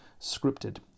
scripted